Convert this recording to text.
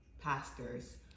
pastors